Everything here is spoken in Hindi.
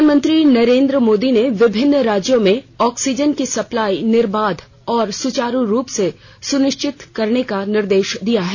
प्रधानमंत्री नरेंद्र मोदी ने विभिन्न राज्यों में ऑक्सीजन की सप्लाई निर्बाध और सुचारू रूप से सुनिश्चित करने का निर्देश दिया है